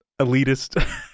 elitist